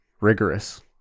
rigorous